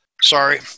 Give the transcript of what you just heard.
sorry